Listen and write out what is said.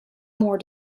more